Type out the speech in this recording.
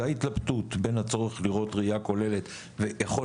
זה ההתלבטות בין הצורך לראות ראיה כוללת ויכול